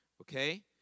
Okay